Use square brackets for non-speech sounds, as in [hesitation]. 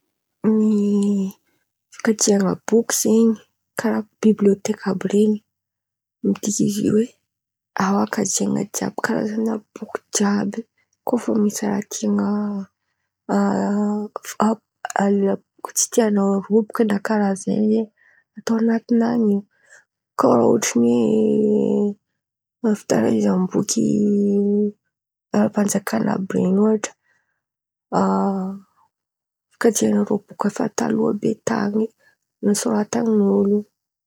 Ny fikajian̈a boky zen̈y karàha bibliôteky àby ren̈y midika izy in̈y io oe afaka ikajian̈a jiàby karazan̈a boky jiàby kô fa misy raha tian̈a [hesitation] afa- kô tsy tian̈ao robaka na karàha zen̈y zen̈y atao an̈aty nany in̈y. Kô raha ohatra hoe fitahirizam-boky ara-panjakan̈a àby ren̈y ôhatra, [hesitation] fikajian̈a irô boky efa taloha be tan̈y nosoratan'olo.